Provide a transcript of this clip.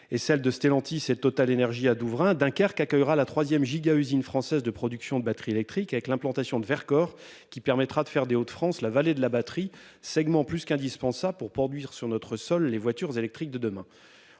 et celle de Stellantis et de TotalEnergies à Douvrin Dunkerque accueillera la 3ème giga-usine française de production de batteries électriques avec l'implantation de Vercors qui permettra de faire des Hauts-de-France, la vallée de la batterie segments plus qu'indispensable pour produire sur notre sol les voitures électriques de demain.